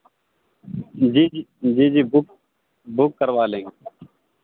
जी जी जी जी बुक बुक करवा लेंगे